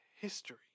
history